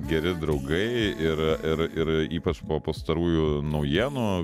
geri draugai ir ir ir ypač po pastarųjų naujienų